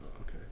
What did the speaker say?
okay